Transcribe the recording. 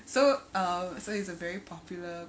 so uh so he's a very popular